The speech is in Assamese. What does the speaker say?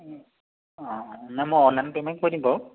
অঁ অঁ নাই মই অনলাইন পে'মেণ্ট কৰি দিম বাৰু